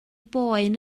boen